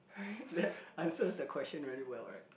that answers the question very well right